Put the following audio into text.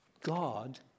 God